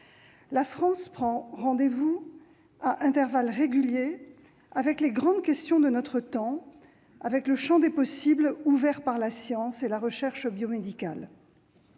La France prend rendez-vous à intervalles réguliers avec les grandes questions de notre temps, avec le champ des possibles ouvert par la science et la recherche biomédicale.